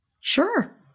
Sure